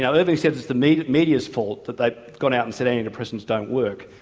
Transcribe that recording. yeah irving said it's the media media fault, that they've gone out and said antidepressants don't work.